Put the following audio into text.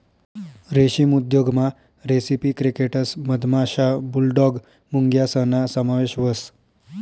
रेशीम उद्योगमा रेसिपी क्रिकेटस मधमाशा, बुलडॉग मुंग्यासना समावेश व्हस